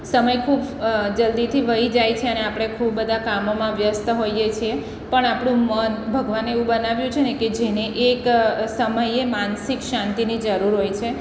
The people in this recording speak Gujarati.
સમય ખૂબ જલ્દીથી વહી જાય છે અને આપણે ખૂબ બધા કામોમાં વ્યસ્ત હોઈએ છીએ પણ આપણું મન ભગવાને એવું બનાવ્યું છેને કે જેને એક સમયે માનસિક શાંતિની જરૂર હોય છે